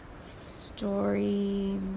story